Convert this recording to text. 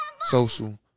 social